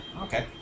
okay